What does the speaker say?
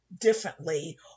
differently